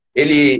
ele